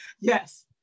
Yes